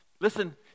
Listen